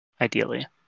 Ideally